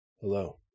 Hello